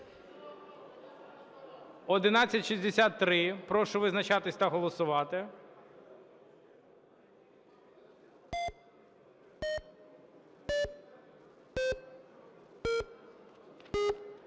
1163. Прошу визначатися та голосувати.